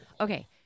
Okay